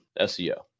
SEO